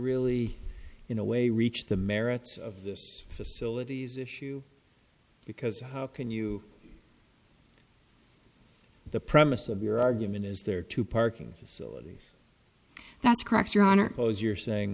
really in a way reach the merits of this facility's issue because how can you the premise of your argument is there are two parking facilities that's correct your honor goes you're saying